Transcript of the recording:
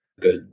good